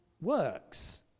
works